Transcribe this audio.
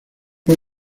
hoy